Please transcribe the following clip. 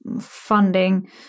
funding